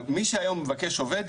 מי שהיום מבקש עובד,